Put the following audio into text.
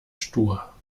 stur